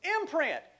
imprint